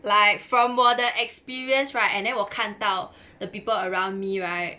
like from 我的 experience right and then 我看到 the people around me right